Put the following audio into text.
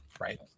right